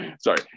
Sorry